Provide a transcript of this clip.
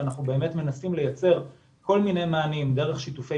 ואנחנו באמת מנסים לייצר כל מיני מענים דרך שיתופי